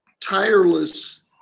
tireless